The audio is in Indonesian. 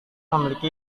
memiliki